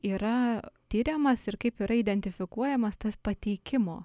yra tiriamas ir kaip yra identifikuojamas tas pateikimo